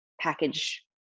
package